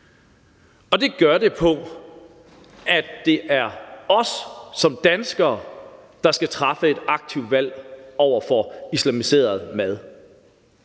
og det er ved, at det er os som danskere, der skal træffe et aktivt valg i forhold til islamiseret mad.